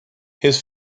his